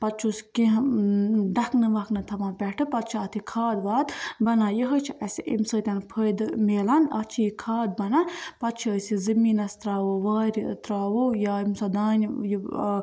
پَتہٕ چھُس کیٚنٛہہ ڈَکھنہٕ وَکھنہٕ تھاوان پٮ۪ٹھہٕ پَتہٕ چھِ اَتھ یہِ کھاد واد بَنان یِہٲے چھِ اسہِ اَمہِ سۭتۍ فٲیدٕ میلان اَتھ چھِ یہِ کھاد بَنان پَتہٕ چھِ أسۍ یہِ زٔمیٖنَس ترٛاوو وارِ ترٛاوو یا ییٚمہِ ساتہٕ دانہِ یہِ ٲں